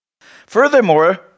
Furthermore